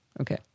Okay